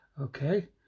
Okay